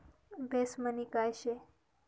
Base money काय शे?